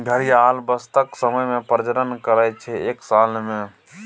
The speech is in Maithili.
घड़ियाल बसंतक समय मे प्रजनन करय छै एक साल मे